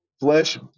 flesh